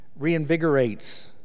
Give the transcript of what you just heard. reinvigorates